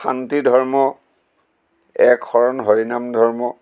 শান্তি ধৰ্ম এক শৰণ হৰিনাম ধৰ্ম